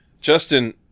Justin